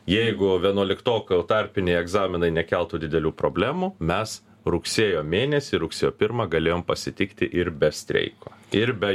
jeigu vienuoliktokų tarpiniai egzaminai nekeltų didelių problemų mes rugsėjo mėnesį rugsėjo pirmą galėjom pasitikti ir be streiko ir be